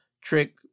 Trick